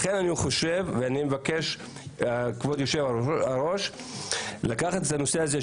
לכן אני חושב ואני מבקש מכבוד היושב-ראש לקחת את הנושא הזה,